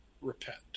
Repent